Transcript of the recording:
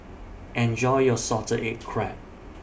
Enjoy your Salted Egg Crab